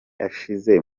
ashize